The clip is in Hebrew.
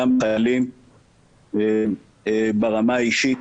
גם בחיילים וברמה האישית